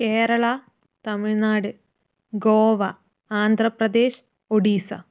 Kerala Tamil Nadu Goa Andhra Pradesh Odisha